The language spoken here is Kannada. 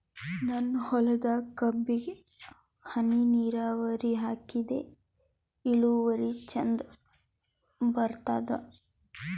ನನ್ನ ಹೊಲದಾಗ ಕಬ್ಬಿಗಿ ಹನಿ ನಿರಾವರಿಹಾಕಿದೆ ಇಳುವರಿ ಚಂದ ಬರತ್ತಾದ?